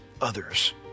others